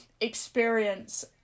experience